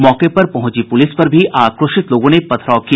मौके पर पहुंची पुलिस पर भी आक्रोशित लोगों ने पथराव किया